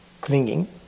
clinging